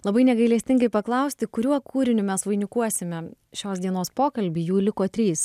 labai negailestingai paklausti kuriuo kūriniu mes vainikuosime šios dienos pokalbį jų liko trys